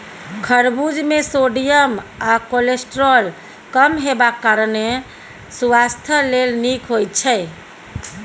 खरबुज मे सोडियम आ कोलेस्ट्रॉल कम हेबाक कारणेँ सुआस्थ लेल नीक होइ छै